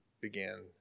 began